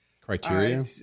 criteria